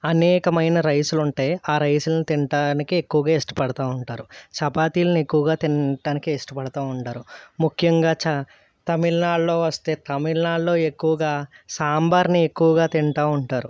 అనేకమైన రైసులు ఉంటాయి రైసులని తినడానికి ఎక్కువగా ఇష్టపడుతూ ఉంటారు చపాతీలను ఎక్కువగా తినడానికి ఇష్టపడతూ ఉంటారు ముఖ్యంగా చ తమిళనాడులో వస్తే తమిళనాడులో ఎక్కువగా సాంబారుని ఎక్కువగా తింటూ ఉంటారు